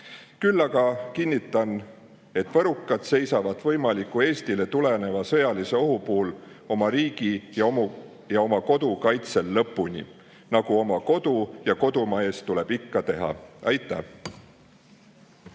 Küll aga kinnitan, et võrukad seisavad võimaliku Eestile tuleneva sõjalise ohu puhul oma riigi ja oma kodu kaitsel lõpuni, nagu oma kodu ja kodumaa eest tuleb ikka seista. Aitäh!